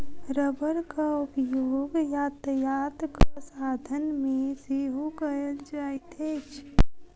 रबड़क उपयोग यातायातक साधन मे सेहो कयल जाइत अछि